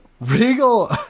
Regal